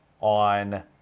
On